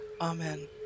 Amen